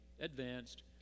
advanced